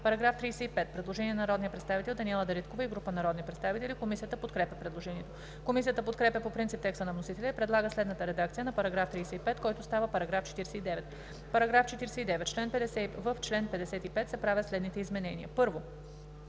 По § 35 има предложение от народния представител Даниела Дариткова и група народни представители. Комисията подкрепя предложението. Комисията подкрепя по принцип текста на вносителя и предлага следната редакция на § 35, който става § 49: „§ 49. В чл. 55 се правят следните изменения: 1.